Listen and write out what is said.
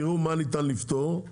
תראו מה ניתן לפתור,